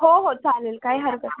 हो हो चालेल काय हरकत नाही